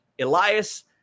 Elias